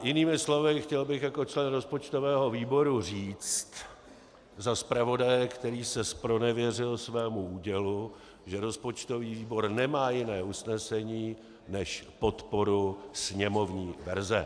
Jinými slovy bych chtěl jako člen rozpočtového výboru říct za zpravodaje, který se zpronevěřil svému údělu, že rozpočtový výbor nemá jiné usnesení než podporu sněmovní verze.